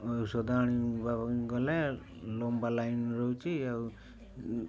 ଆଉ ସଉଦା ଆଣି ଗଲେ ଲମ୍ବା ଲାଇନ୍ ରହୁଛି ଆଉ